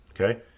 Okay